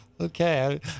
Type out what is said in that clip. okay